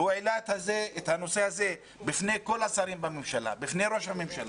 הוא העלה את הנושא בפני כל השרים בממשלה ובפני ראש הממשלה.